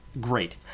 Great